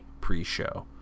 pre-show